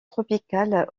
tropical